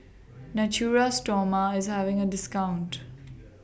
Natura Stoma IS having A discount